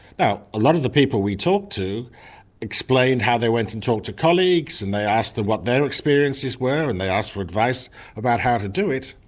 lot of the people we talked to explained how they went and talked to colleagues and they asked them what their experiences were and they asked for advice about how to do it.